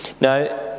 Now